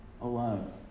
alone